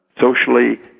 socially